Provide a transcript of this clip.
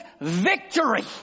victory